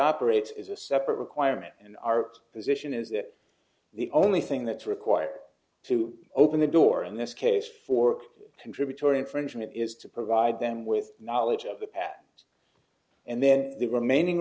operates is a separate requirement and our position is that the only thing that's required to open the door in this case for contributory infringement is to provide them with knowledge of the bat and then the remaining